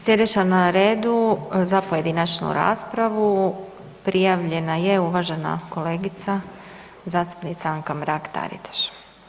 Sljedeća na redu za pojedinačnu raspravu prijavljena je uvažena kolegica zastupnica Anka Mrak-Taritaš.